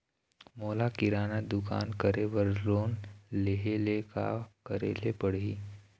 मोला किराना दुकान करे बर लोन लेहेले का करेले पड़ही?